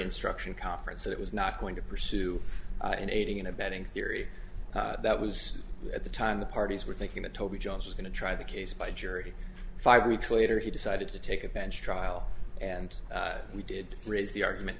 instruction conference that it was not going to pursue an aiding and abetting theory that was at the time the parties were thinking that toby jones was going to try the case by jury five weeks later he decided to take a bench trial and we did raise the argument